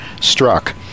struck